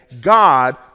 God